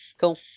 Cool